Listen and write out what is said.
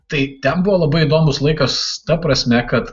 tai ten buvo labai įdomus laikas ta prasme kad